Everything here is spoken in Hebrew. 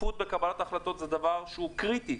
שקיפות בקבלת החלטות זה דבר שהוא קריטי,